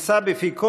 נישא בפי כול,